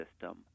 system